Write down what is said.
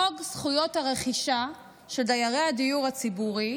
חוק זכויות הרכישה של דיירי הדיור הציבורי,